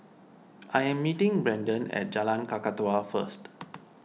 I am meeting Brendon at Jalan Kakatua first